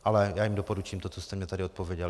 Ale já jim doporučím to, co jste mi tady odpověděl.